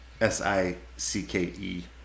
S-I-C-K-E